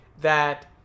that-